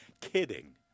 kidding